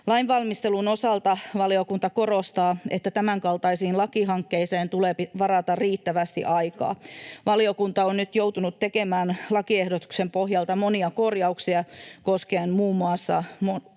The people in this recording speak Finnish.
Lainvalmistelun osalta valiokunta korostaa, että tämänkaltaisiin lakihankkeisiin tulee varata riittävästi aikaa. Valiokunta on nyt joutunut tekemään lakiehdotuksen pohjalta monia korjauksia koskien muun muassa useita